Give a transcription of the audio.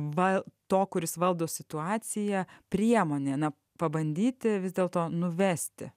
va to kuris valdo situaciją priemonė na pabandyti vis dėlto nuvesti